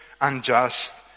unjust